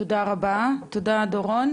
תודה רבה דורון.